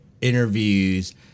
interviews